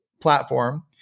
platform